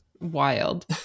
wild